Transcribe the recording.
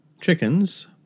Chickens